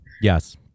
yes